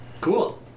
Cool